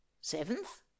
Seventh